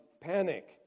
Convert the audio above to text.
panic